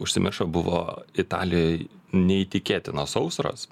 užsimiršo buvo italijoj neįtikėtinos sausros